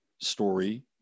story